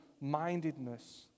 mindedness